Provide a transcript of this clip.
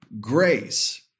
grace